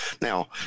Now